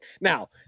Now